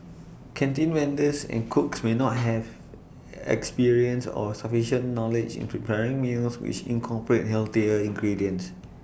canteen vendors and cooks may not have experience or sufficient knowledge in preparing meals which incorporate healthier ingredients